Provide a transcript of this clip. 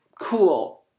Cool